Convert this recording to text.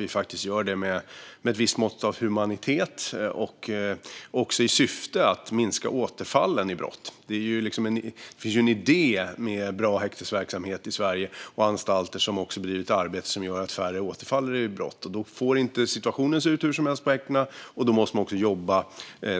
Vi vill ju göra det med ett visst mått av humanitet i syfte att minska återfallen i brott. Det finns en idé i Sverige med att ha bra häktesverksamhet och anstalter som bedriver ett arbete som gör att färre återfaller i brott. Då får situationen på häktena inte se ut hur som helst. Man måste också jobba